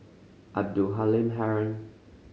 Abdul Halim Haron